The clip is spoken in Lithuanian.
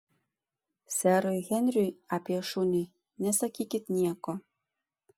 serui henriui apie šunį nesakykit nieko